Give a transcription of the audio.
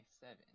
seven